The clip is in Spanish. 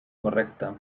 correcta